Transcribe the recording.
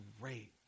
great